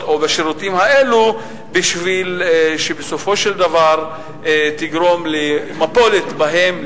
או בשירותים האלה כדי שבסופו של דבר לגרום למפולת בהם,